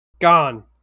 Gone